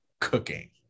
cooking